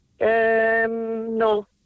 no